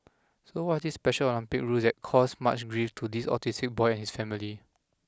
so what this special Olympic rule that caused much grief to this autistic boy and his family